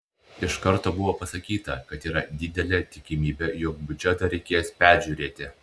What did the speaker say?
iš karto buvo pasakyta kad yra didelė tikimybė jog biudžetą reikės peržiūrėti